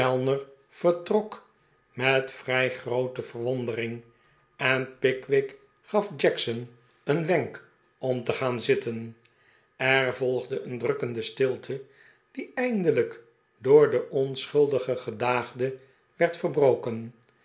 vertrok met vrij groode pickwick club te verwondering en pickwick gaf jackson een wenk om te gaan zitten er volgde een drukkende stilte dieeindelijk door den onschuldigen gedaagde werd verbroken